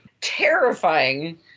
Terrifying